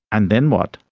and then what?